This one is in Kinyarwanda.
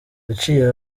yaciye